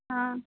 हँ